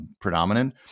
predominant